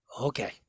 Okay